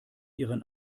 ihren